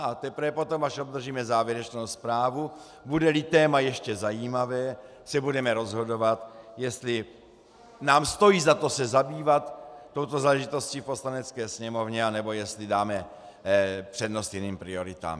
A teprve potom, až obdržíme závěrečnou zprávu, budeli téma ještě zajímavé, se budeme rozhodovat, jestli nám stojí za to se zabývat touto záležitostí v Poslanecké sněmovně, anebo jestli dáme přednost jiným prioritám.